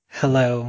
hello